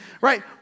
right